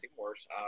worse